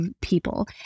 people